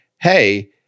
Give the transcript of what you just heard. hey